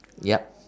yup